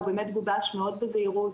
הוא באמת גובש מאוד בזהירות,